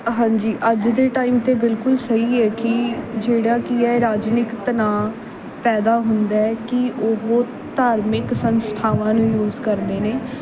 ਹਾਂਜੀ ਅੱਜ ਦੇ ਟਾਈਮ 'ਤੇ ਬਿਲਕੁਲ ਸਹੀ ਹੈ ਕਿ ਜਿਹੜਾ ਕੀ ਹੈ ਰਾਜਨੀਤਿਕ ਤਣਾਅ ਪੈਦਾ ਹੁੰਦਾ ਕਿ ਉਹ ਧਾਰਮਿਕ ਸੰਸਥਾਵਾਂ ਨੂੰ ਯੂਜ ਕਰਦੇ ਨੇ